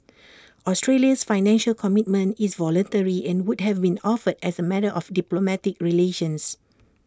Australia's Financial Commitment is voluntary and would have been offered as A matter of diplomatic relations